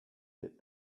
did